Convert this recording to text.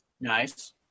Nice